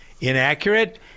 inaccurate